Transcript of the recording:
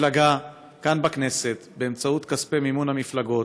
מפלגה כאן בכנסת, באמצעות כספי מימון המפלגות,